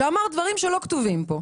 שאמרת דברים שלא כתובים פה.